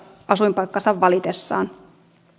asuinpaikkaansa valitessaan